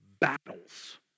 battles